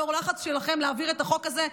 לאור לחץ שלכם להעביר את החוק הזה,